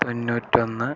തൊണ്ണൂറ്റൊന്ന്